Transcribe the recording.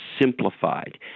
simplified